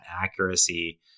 accuracy